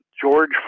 George